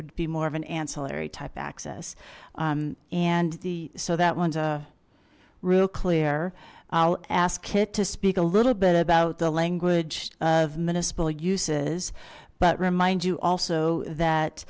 would be more of an ancillary type access and the so that one's a real clear i'll ask it to speak a little bit about the language of municipal uses but remind you also that